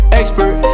expert